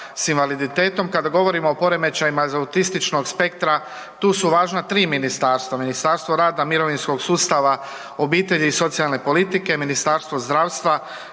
s invaliditetom kada govorimo o poremećajima autističnog spektra tu su važna tri ministarstva, Ministarstvo rada, mirovinskog sustava, obitelji i socijalne politike, Ministarstvo zdravstva,